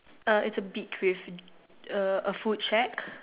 err its a beak a a food shack